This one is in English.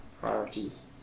priorities